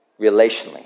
relationally